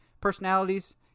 personalities